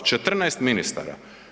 14 ministara.